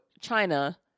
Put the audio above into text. China